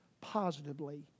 positively